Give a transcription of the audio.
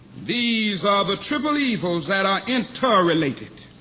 these are the triple evils that are interrelated.